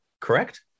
correct